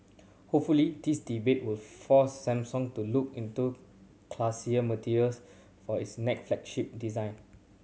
hopefully this debate will force Samsung to look into classier materials for its next flagship design